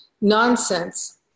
nonsense